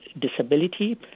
disability